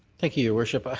thank you, your worship. ah